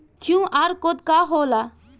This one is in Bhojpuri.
क्यू.आर कोड का होला?